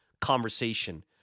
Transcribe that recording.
conversation